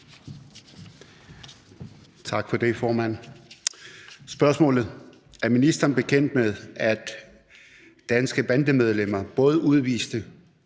Tak for det, formand. Spørgsmålet lyder: Er ministeren bekendt med, at danske bandemedlemmer, både udviste